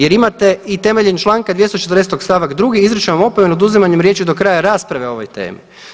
Jer imate i temeljem Članka 240. stavak 2. izričem vam opomenu s oduzimanjem riječi do kraja rasprave o ovoj temi.